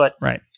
Right